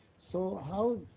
so how